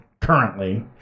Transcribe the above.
currently